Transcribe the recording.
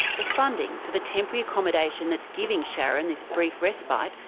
the funding for the temporary accommodation that's giving sharron this brief respite,